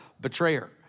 betrayer